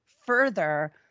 further